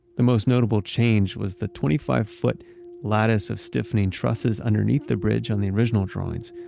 the most notable change was the twenty five foot lattice of stiffening trusses underneath the bridge on the original drawings,